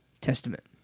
Testament